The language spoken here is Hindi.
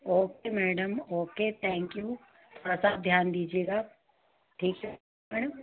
okay madam okay thank you थोड़ा सा आप ध्यान दीजिएगा ठीक है मैडम